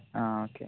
ആ ഓക്കേ